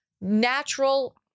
natural